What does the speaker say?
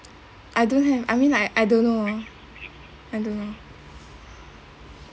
I don't have I mean like I don't know I don't know